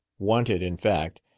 wanted, in fact,